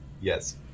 Yes